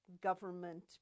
government